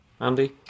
Andy